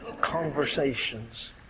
conversations